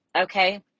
okay